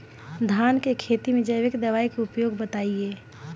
धान के खेती में जैविक दवाई के उपयोग बताइए?